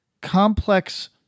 complex